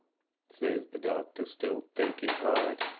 says the doctor, still thinking hard.